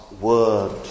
word